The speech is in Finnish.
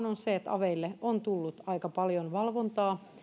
on se että aveille on tullut aika paljon valvontaa